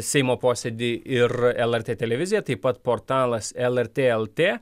seimo posėdį ir lrt televizija taip pat portalas lrt lt